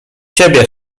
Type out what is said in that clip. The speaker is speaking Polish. ciebie